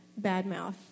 badmouth